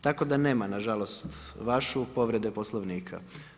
Tako da nema nažalost vaše povrede Poslovnika.